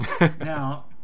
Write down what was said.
Now